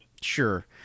Sure